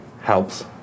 helps